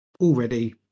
already